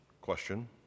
question